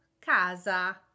casa